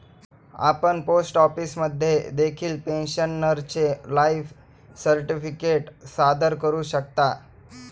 आपण पोस्ट ऑफिसमध्ये देखील पेन्शनरचे लाईफ सर्टिफिकेट सादर करू शकता